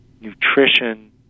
nutrition